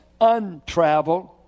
untraveled